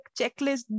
checklist